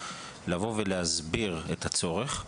לבוא ולהסביר את הצורך,